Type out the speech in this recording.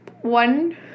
one